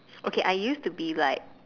okay I used to be like